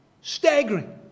Staggering